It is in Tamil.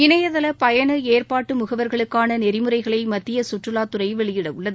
இணையதள பயண ஏற்பாட்டு முகவர்களுக்கான நெறிமுறைகளை மத்திய சுற்றுலாத்துறை வெளியிடவுள்ளது